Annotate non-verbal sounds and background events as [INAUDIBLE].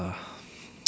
[NOISE]